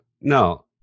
no